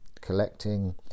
collecting